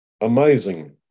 amazing